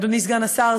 אדוני סגן השר,